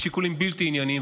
משיקולים בלתי ענייניים,